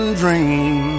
dream